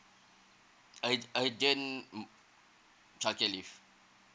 ur~ urgent mm childcare leave